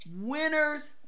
winner's